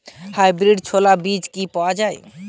Hybrid ছোলার বীজ কি পাওয়া য়ায়?